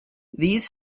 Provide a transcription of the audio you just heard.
these